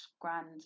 grand